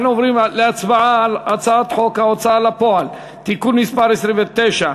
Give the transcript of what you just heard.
אנחנו עוברים להצבעה על הצעת חוק ההוצאה לפועל (תיקון מס' 29)